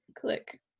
click